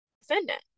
defendant